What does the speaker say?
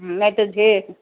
नाही तर झे